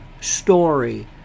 story